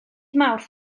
mawrth